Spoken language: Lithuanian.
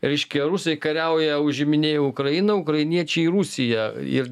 reiškia rusai kariauja užiminėja ukrainą ukrainiečiai rusiją ir